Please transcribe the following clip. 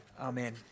Amen